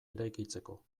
eraikitzeko